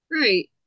right